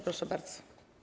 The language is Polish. Proszę bardzo.